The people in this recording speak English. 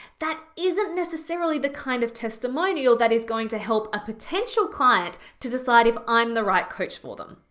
that isn't necessarily necessarily the kind of testimonial that is going to help a potential client to decide if i'm the right coach for them.